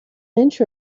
inch